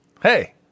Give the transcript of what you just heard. Hey